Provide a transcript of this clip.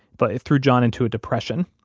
but it threw john into a depression,